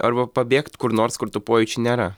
arba pabėgt kur nors kur tų pojūčių nėra